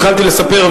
התחלתי לספר,